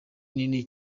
nini